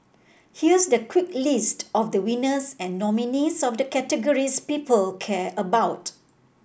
here's the quick list of the winners and nominees of the categories people care about